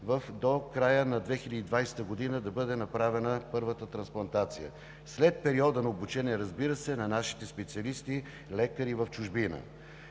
до края на 2020 г. да бъде направена първата трансплантация – след периода на обучение, разбира се, на нашите специалисти и лекари в чужбина.